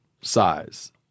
size